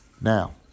now